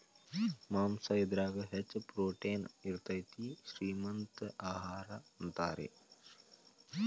ಮಾಂಸಾ ಇದರಾಗ ಹೆಚ್ಚ ಪ್ರೋಟೇನ್ ಇರತತಿ, ಶ್ರೇ ಮಂತ ಆಹಾರಾ ಅಂತಾರ